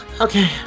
Okay